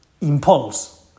impulse